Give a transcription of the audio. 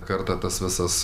kartą tas visas